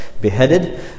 beheaded